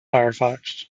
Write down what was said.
firefox